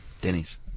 Denny's